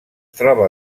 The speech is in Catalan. troba